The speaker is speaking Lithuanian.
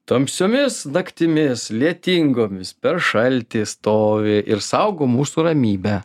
tamsiomis naktimis lietingomis per šaltį stovi ir saugo mūsų ramybę